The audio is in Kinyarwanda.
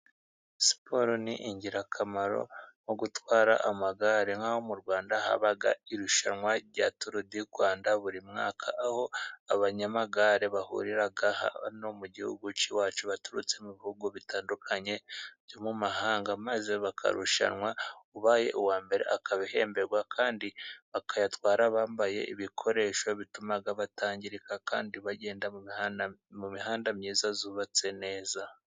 Siporo ni ingirakamaro nko gutwara amagare, nk'aho mu Rwanda haba irushanwa rya Turu di Rwanda buri mwaka, aho abanyamagare bahurira hano mu gihugu cy'iwacu baturutse mu bihugu bitandukanye byo mu mahanga, maze bakarushanwa ubaye uwa mbere akabihemberwa kandi bakayatwara bambaye ibikoresho bituma batangirika, kandi bagenda mu mihanda myiza yubatse neza.